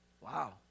Wow